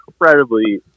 incredibly